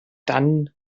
dann